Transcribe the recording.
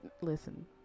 listen